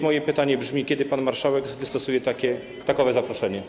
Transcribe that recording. Moje pytanie brzmi: Kiedy pan marszałek wystosuje takowe zaproszenie?